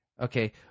Okay